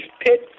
pit